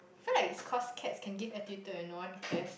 so like cause cats can give attitude and no one cares